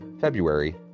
February